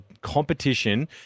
competition